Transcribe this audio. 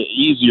easier